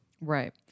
Right